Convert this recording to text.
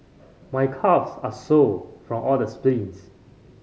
my calves are sore from all the sprints